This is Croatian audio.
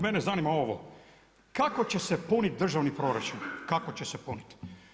Mene zanima ovo, kako će se puniti državni proračun, kako će se punit.